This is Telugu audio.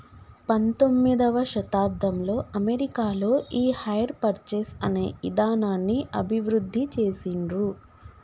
పంతొమ్మిదవ శతాబ్దంలో అమెరికాలో ఈ హైర్ పర్చేస్ అనే ఇదానాన్ని అభివృద్ధి చేసిండ్రు